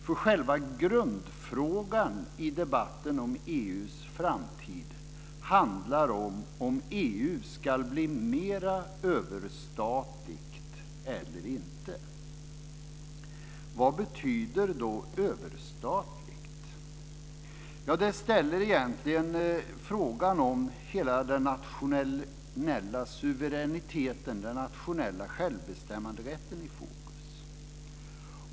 För själva grundfrågan i debatten om EU:s framtid handlar om EU ska bli mera överstatligt eller inte. Vad betyder då överstatligt? Ja, detta ställer egentligen frågan om hela den nationella suveräniteten, den nationella självbestämmanderätten, i fokus.